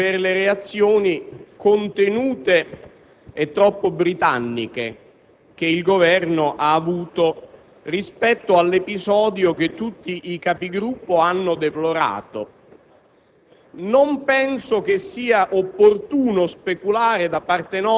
con una nota di particolare stupore per le reazioni contenute e troppo britanniche che il Governo ha avuto rispetto all'episodio che tutti i Capigruppo hanno deplorato.